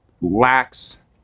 lacks